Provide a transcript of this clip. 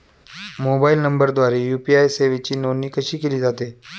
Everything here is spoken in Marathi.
मोबाईल नंबरद्वारे यू.पी.आय सेवेची नोंदणी कशी केली जाते?